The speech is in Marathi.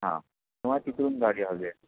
हा तर मला तिथूनच गाडी हवी आहे